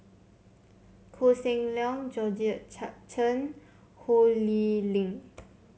Koh Seng Leong Georgette Chen Ho Lee Ling